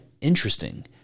interesting